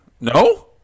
No